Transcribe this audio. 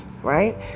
right